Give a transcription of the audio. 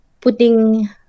putting